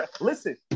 Listen